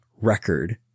record